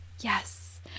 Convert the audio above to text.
yes